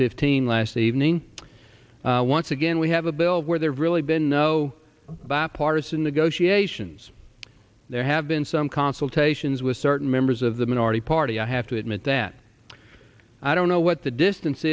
fifteen last evening once again we have a bill where there really been no bipartisan negotiations there have been some consultations with certain members of the minority party i have to admit that i don't know what the distance